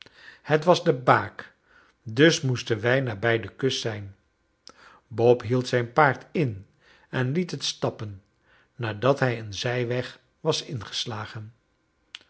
het was de baak dus moesten wij nabij de kust zijn bob hield zijn paard in en liet het stappen nadat hij een zijweg was ingeslagen